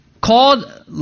called